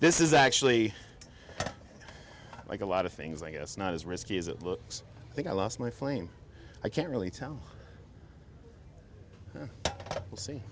this is actually like a lot of things i guess not as risky as it looks like i lost my flame i can't really tell we'll see